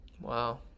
Wow